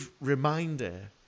reminder